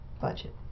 budget